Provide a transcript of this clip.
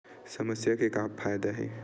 समस्या के का फ़ायदा हे?